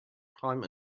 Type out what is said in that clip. climb